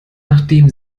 nachdem